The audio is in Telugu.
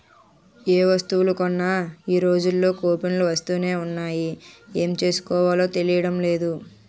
ఏ వస్తువులు కొన్నా ఈ రోజుల్లో కూపన్లు వస్తునే ఉన్నాయి ఏం చేసుకోవాలో తెలియడం లేదు